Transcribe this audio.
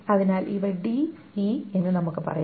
അതിനാൽ ഇവ d e എന്ന് നമുക്ക് പറയാം